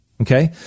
Okay